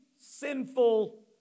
sinful